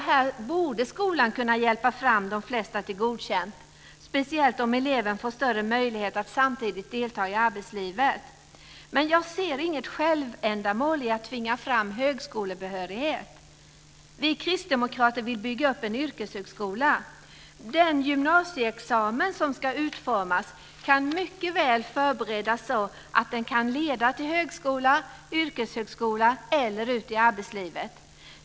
Här borde skolan kunna hjälpa fram de flesta till Godkänd, speciellt om eleven får större möjlighet att samtidigt delta i arbetslivet. Men jag ser inget självändamål i att tvinga fram högskolebehörighet. Vi kristdemokrater vill bygga upp en yrkeshögskola. Den gymnasieexamen som ska utformas kan mycket väl förberedas så att den kan leda till högskola, yrkeshögskola eller ut till arbetslivet.